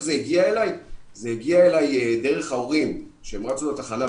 זה הגיע אלי דרך ההורים שרצו לתחנה.